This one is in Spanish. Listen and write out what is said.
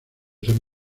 san